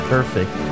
Perfect